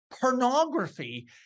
pornography